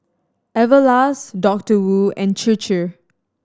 Everlast Doctor Wu and Chir Chir